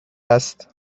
است